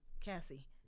Cassie